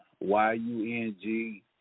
Y-U-N-G